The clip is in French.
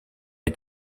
est